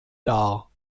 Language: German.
dar